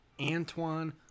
Antoine